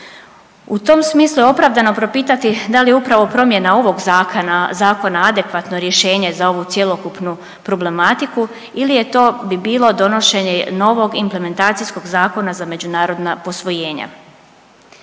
U tom smislu je opravdano propitati da li je upravo promjena ovog zakona adekvatno rješenje za ovu cjelokupnu problematiku ili je to bi bilo donošenje novog implementacijskog zakona za međunarodna posvojenja.